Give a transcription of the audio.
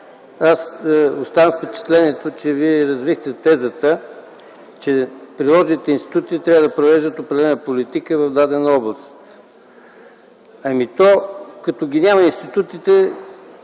останах с впечатлението, че Вие развихте тезата, че приложните институти трябва да провеждат определена политика в дадена област. Като ги няма институтите,